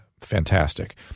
fantastic